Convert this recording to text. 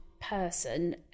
person